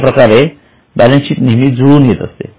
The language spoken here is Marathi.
अशाप्रकारे बॅलन्सशीट नेहमी जुळून येत असते